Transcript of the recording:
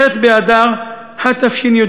בח' באדר התשי"ד,